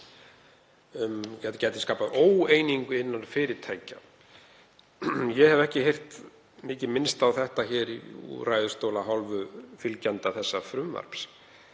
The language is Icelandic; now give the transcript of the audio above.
þetta gæti skapað óeiningu innan fyrirtækja. Ég hef ekki heyrt mikið minnst á það hér úr ræðustól af hálfu fylgjenda þessa frumvarps.